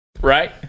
Right